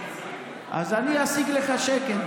אז אני אשיג לך שקט,